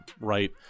right